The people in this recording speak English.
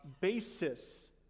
basis